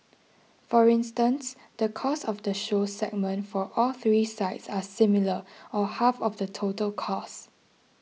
for instance the cost of the show segment for all three sites are similar or half of the total costs